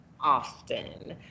often